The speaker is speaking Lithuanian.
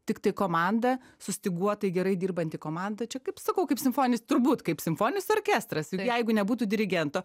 tiktai komanda sustyguotai gerai dirbanti komanda čia kaip sakau kaip simfoninis turbūt kaip simfoninis orkestras jeigu nebūtų dirigento